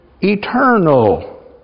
eternal